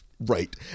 Right